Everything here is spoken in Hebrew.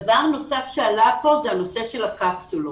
דבר נוסף שעלה פה זה נושא הקפסולות.